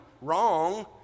wrong